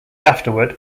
afterward